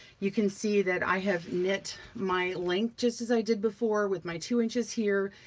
you can see that i have knit my length just as i did before with my two inches here,